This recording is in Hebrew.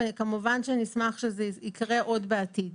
וכמובן שנשמח שזה יקרה עוד בעתיד.